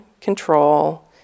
control